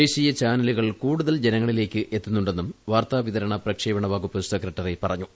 ദേശീയ ചാനലുകൾ കൂടുതൽ ജനങ്ങളിലേക്ക് എത്തുന്നുണ്ടെന്നും വാർത്താവിതരണ പ്രക്ഷേപണ വകുപ്പ് സെക്രട്ടറി പറഞ്ഞു